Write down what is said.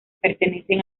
pertenecen